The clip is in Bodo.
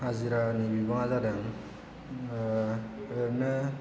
हाजिरानि बिबाङा जादों ओरैनो